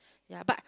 ya but